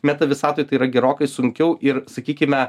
meta visatoj tai yra gerokai sunkiau ir sakykime